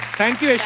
thank you